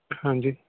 ਹਾਂਜੀ